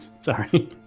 Sorry